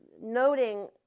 noting